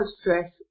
stress